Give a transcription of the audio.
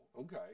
okay